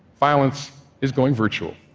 violence is going virtual.